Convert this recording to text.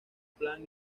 plan